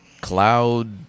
Cloud